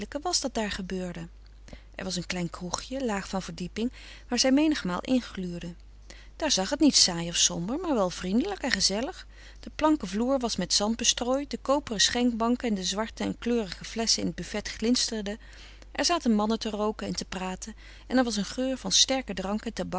was dat daar gebeurde er was een klein kroegje laag van verdieping waar zij menigmaal in gluurde daar zag het niet saai of somber maar wel vriendelijk en gezellig de planken vloer was met zand bestrooid de koperen schenkbank en de zwarte en kleurige flesschen in t buffet glinsterden er zaten mannen te rooken en te praten en er was een geur van sterken drank